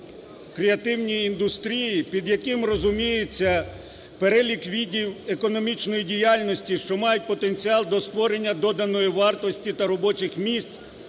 "креативні індустрії", під яким розуміється перелік видів економічної діяльності, що мають потенціал до створення доданої вартості та робочих місць